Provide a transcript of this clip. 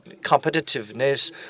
competitiveness